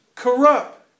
Corrupt